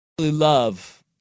love